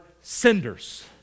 senders